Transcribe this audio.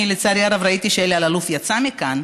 לצערי הרב, ראיתי שאלי אלאלוף יצא מכאן,